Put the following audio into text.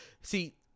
See